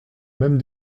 même